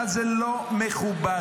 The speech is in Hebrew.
אבל זה לא מכובד,